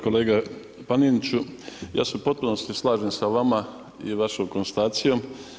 Kolega Paneniću, ja se u potpunosti slažem sa vama i vašom konstatacijom.